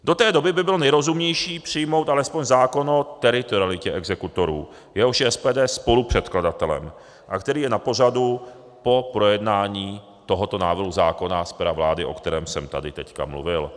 Do té doby by bylo nejrozumnější přijmout alespoň zákon o teritorialitě exekutorů, jehož je SPD spolupředkladatelem a který je na pořadu po projednání tohoto návrhu zákona z pera vlády, o kterém jsem tady teď mluvil.